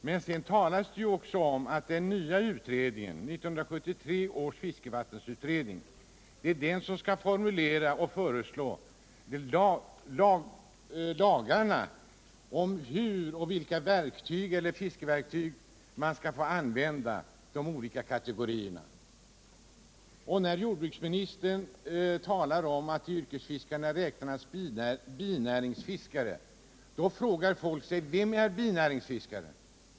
Men det talas också om att det är den nya utredningen, 1973 års fiskevattensutredning, som skall formulera och föreslå lagarna om vilka fiskeredskap de olika kategorierna skall få använda. När jordbruksministern talar om att binäringsfiskare räknas till yrkesfiskarna frågar folk: Vem är binäringsfiskare?